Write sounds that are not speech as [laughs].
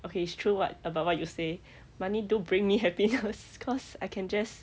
okay it's true what about what you say money do bring me happiness [laughs] cause I can just